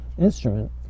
instrument